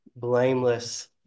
blameless